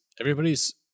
everybody's